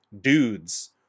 dudes